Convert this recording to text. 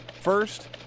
first